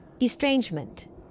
Estrangement